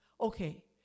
Okay